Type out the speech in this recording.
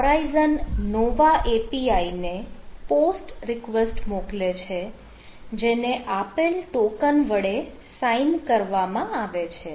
Horizon Nova API ને POST request મોકલે છે જેને આપેલ ટોકન વડે સાઈન કરવામાં આવે છે